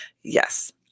Yes